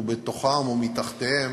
ובתוכם או מתחתיהם